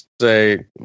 say